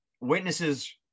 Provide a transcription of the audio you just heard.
Witnesses